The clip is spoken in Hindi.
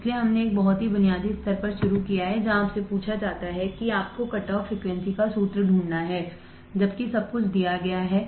इसलिए हमने एक बहुत ही बुनियादी स्तर पर शुरू किया है जहां आपसे पूछा जाता है कि आपको कटऑफ फ़्रीक्वेंसी का सूत्र ढूंढना है जबकि सब कुछ दिया गया है